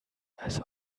also